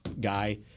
guy